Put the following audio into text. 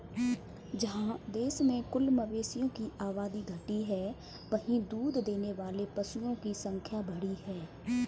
जहाँ देश में कुल मवेशियों की आबादी घटी है, वहीं दूध देने वाले पशुओं की संख्या बढ़ी है